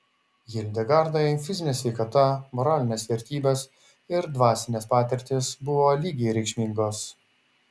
hildegardai fizinė sveikata moralinės vertybės ir dvasinės patirtys buvo lygiai reikšmingos